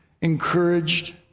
encouraged